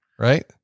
right